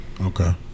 Okay